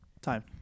Time